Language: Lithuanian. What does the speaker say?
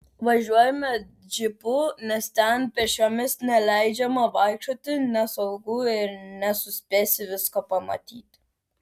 važiuojame džipu nes ten pėsčiomis neleidžiama vaikščioti nesaugu ir nesuspėsi visko pamatyti